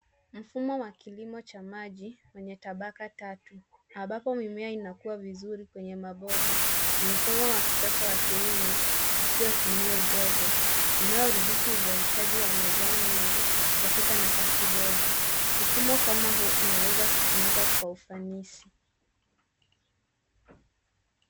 Mfumo wa kilimo cha maji wenye tabaka tatu ambapo mimea inakua vizuri kwenye mabomba. Ni mfumo wa kisasa wa kilimo usio tumia udongo unaoruhusu uzalishaji wa mazao mengi katika nafasi ndogo. Mfumo kama huu unaweza kutumika kwa ufanisi.